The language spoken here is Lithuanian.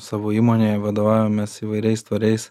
savo įmonėje vadovaujamės įvairiais tvariais